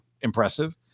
impressive